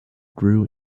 grew